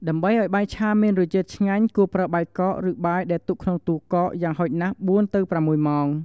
ដើម្បីឱ្យបាយឆាមានរសជាតិឆ្ងាញ់ គួរប្រើបាយកក ឬ បាយដែលទុកក្នុងទូទឹកកកយ៉ាងហោចណាស់ ៤ ទៅ ៦ ម៉ោង។